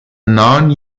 non